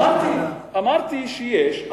אמרתי שיש.